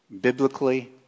Biblically